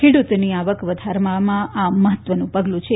ખેડૂતોની આવક વધારવામાં આ મહત્વનું પગલું છે